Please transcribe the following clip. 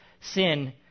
sin